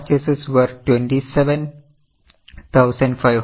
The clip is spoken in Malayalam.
So total purchases were 27500 minus 22